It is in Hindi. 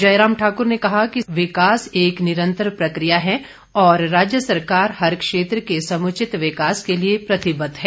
जयराम ठाकुर ने कहा कि विकास एक निरंतर प्रकिया है और राज्य सरकार हर क्षेत्र के समुचित विकास के लिए प्रतिबद्ध है